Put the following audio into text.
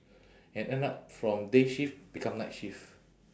and end up from day shift become night shift